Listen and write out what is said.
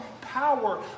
power